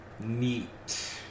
neat